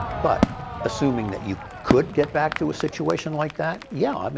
but assuming that you could get back to a situation like that, yeah i mean